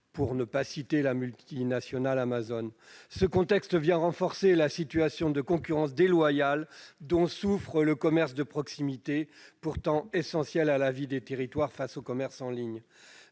pour ne pas citer la multinationale Amazon. Ce contexte aggrave la situation de concurrence déloyale dont souffre le commerce de proximité, pourtant essentiel à la vie des territoires, face au commerce en ligne.